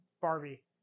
barbie